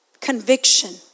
conviction